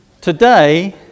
today